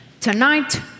Tonight